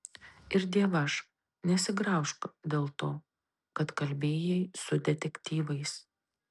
ir dievaž nesigraužk dėl to kad kalbėjai su detektyvais